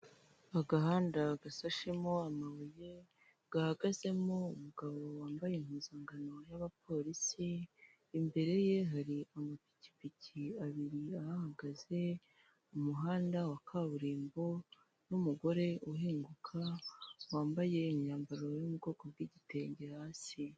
Agahanda gasashemo amabuye gahagazemo umugabo wambaye impuzankano y'abapolisi imbere ye hari amapikipiki abiri ahahagaze, umuhanda wa kaburimbo n'umugore uhinguka wambaye imyambaro yo mu bwoko bw'igitenge hasi.